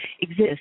exist